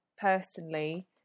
personally